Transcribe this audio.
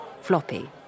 floppy